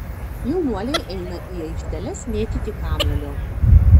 jaunuoliai eina į aikšteles mėtyti kamuolio